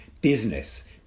business